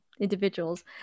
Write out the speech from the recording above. individuals